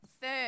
third